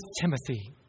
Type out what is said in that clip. Timothy